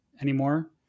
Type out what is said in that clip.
anymore